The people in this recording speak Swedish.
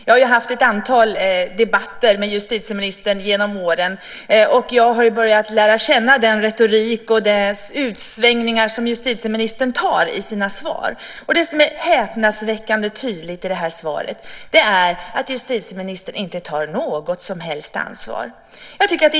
Jag har haft ett antal debatter med justitieministern genom åren. Jag har börjat lära känna den retorik och de utsvängningar som justitieministern har i sina svar. Det som är häpnadsväckande tydligt i svaret är att justitieministern inte tar något som helst ansvar.